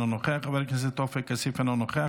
אינו נוכח,